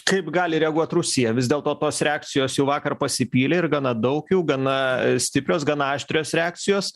kaip gali reaguot rusija vis dėl to tos reakcijos jau vakar pasipylė ir gana daug jų gana stiprios gana aštrios reakcijos